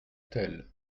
telle